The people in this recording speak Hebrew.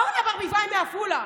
אורנה ברביבאי מעפולה,